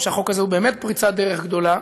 ואני חושב שהחוק הזה הוא באמת פריצת דרך גדולה,